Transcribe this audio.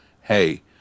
hey